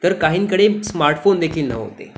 तर काहींकडे स्मार्टफोन देखील नव्हते